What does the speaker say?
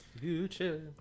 Future